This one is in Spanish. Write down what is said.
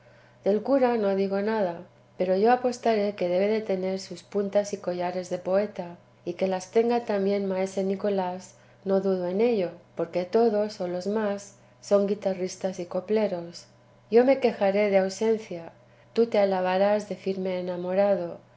del cura no digo nada pero yo apostaré que debe de tener sus puntas y collares de poeta y que las tenga también maese nicolás no dudo en ello porque todos o los más son guitarristas y copleros yo me quejaré de ausencia tú te alabarás de firme enamorado